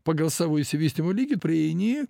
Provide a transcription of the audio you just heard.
pagal savo išsivystymo lygį prieini